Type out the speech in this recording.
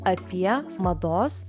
apie mados